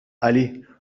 allez